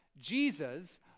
Jesus